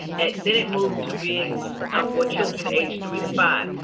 then it moved to being um for children aged three to five.